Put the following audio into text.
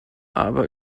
aber